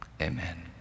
amen